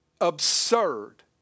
absurd